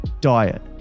Diet